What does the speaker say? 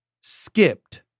skipped